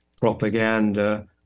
propaganda